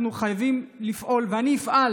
אנחנו חייבים לפעול, ואני אפעל